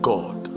God